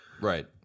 Right